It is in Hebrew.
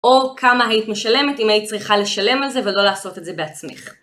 או כמה היית משלמת אם היית צריכה לשלם על זה ולא לעשות את זה בעצמך.